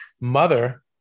mother